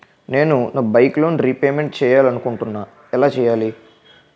నేను నా bike loan repayment చేయాలనుకుంటున్నా ఎలా చేయాలి?